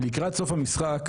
לקראת סוף המשחק,